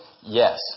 Yes